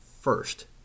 first